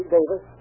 Davis